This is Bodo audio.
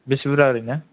बेसे बुरजा ओरैनो